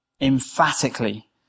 emphatically